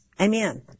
Amen